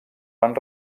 van